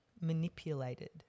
manipulated